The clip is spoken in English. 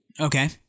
Okay